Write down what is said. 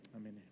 Amen